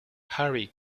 harry